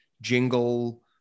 jingle